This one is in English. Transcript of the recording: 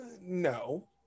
No